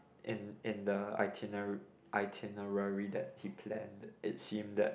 in in the itiner~ itinerary that he planned it seem that